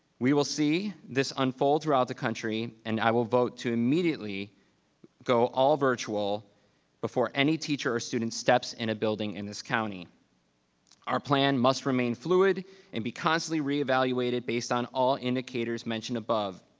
we will see this unfold throughout the country. and i will vote to immediately go all virtual before any teacher or student steps in a building in this county our plan must remain fluid and be constantly reevaluated based on all indicators mentioned above.